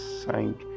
thank